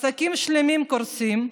עסקים שלמים קורסים,